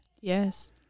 Yes